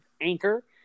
Anchor